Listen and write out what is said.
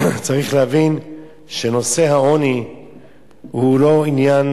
צריך להבין שנושא העוני הוא לא עניין